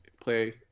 play